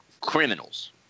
criminals